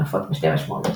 נפוץ בשתי משמעויות.